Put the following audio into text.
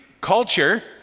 culture